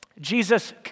Jesus